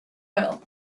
well